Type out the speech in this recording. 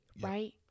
right